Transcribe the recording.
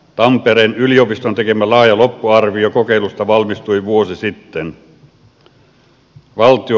tampereen yliopiston tekemä laaja loppuarvio kokeilusta valmistui vuosi sitten